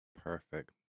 Perfect